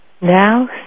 Now